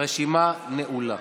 הרשימה נעולה.